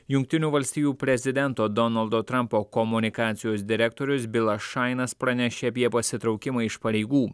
jungtinių valstijų prezidento donaldo trampo komunikacijos direktorius bilas šainas pranešė apie pasitraukimą iš pareigų